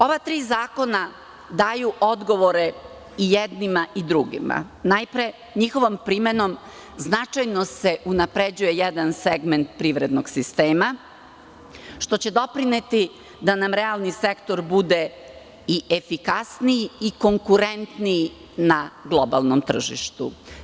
Ova tri zakona daju odgovore i jednima i drugima, najpre njihovom primenom značajno se unapređuje jedan segment privrednog sistema, što će doprineti da nam realni sektor bude i efikasniji i konkurentniji na globalnom tržištu.